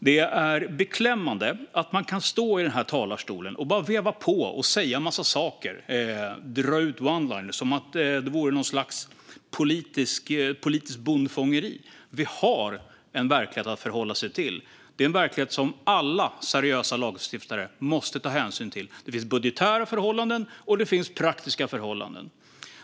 Det är beklämmande att man kan stå i talarstolen och bara veva på - säga en massa saker och dra ut oneliners som om det vore något slags politisk bondfångeri. Vi har en verklighet att förhålla oss till. Det är en verklighet som alla seriösa lagstiftare måste ta hänsyn till. Det finns budgetära förhållanden, och det finns praktiska förhållanden.